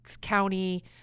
county